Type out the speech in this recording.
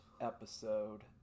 episode